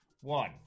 One